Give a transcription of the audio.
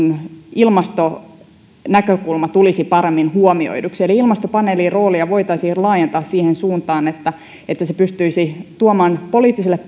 ilmastonäkökulma tulisi paremmin huomioiduksi eli ilmastopaneelin roolia voitaisiin laajentaa siihen suuntaan että että se pystyisi tuomaan poliittisille